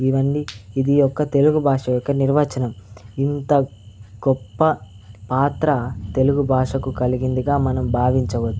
ఇవండీ ఇది యొక్క తెలుగు భాష యొక్క నిర్వచనం ఇంత గొప్ప పాత్ర తెలుగు భాషకు కలిగిందిగా మనం భావించవచ్చు